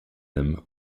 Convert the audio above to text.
them